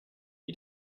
you